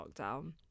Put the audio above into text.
lockdown